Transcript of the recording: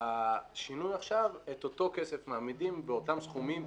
השינוי עכשיו הוא שאת אותו כסף מעמידים באותם סכומים,